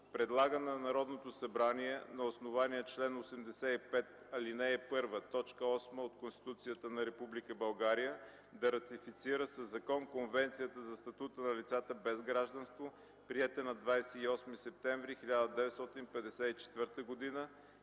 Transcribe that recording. Предлага на Народното събрание на основание чл. 85, ал. 1, т. 8 от Конституцията на Република България да ратифицира със закон Конвенцията за статута на лицата без гражданство, приета на 28 септември 1954 г.